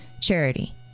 charity